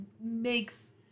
makes